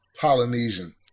Polynesian